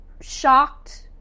shocked